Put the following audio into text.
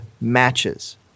matches